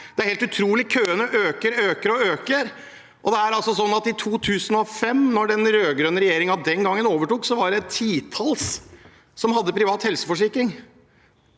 Det er helt utrolig – køene øker og øker. I 2005, da den rød-grønne regjeringen den gang overtok, var det et titall som hadde privat helseforsikring.